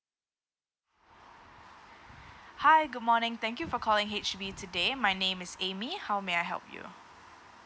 hi good morning thank you for calling H_D_B today my name is amy how may I help you